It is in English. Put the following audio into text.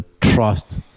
trust